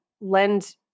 lend